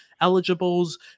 eligibles